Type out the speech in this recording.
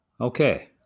Okay